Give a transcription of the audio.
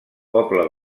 poble